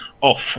off